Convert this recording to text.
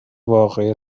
واقعه